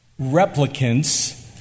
replicants